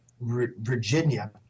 Virginia